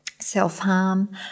self-harm